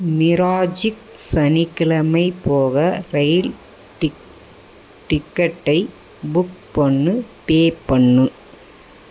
மிராஜிக் சனிக்கிழமை போக ரயில் டிக் டிக்கெட்டை புக் பண்ணு பே பண்ணு